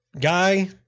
Guy